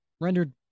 rendered